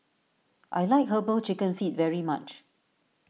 I like Herbal Chicken Feet very much